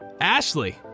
Ashley